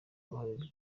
uruhare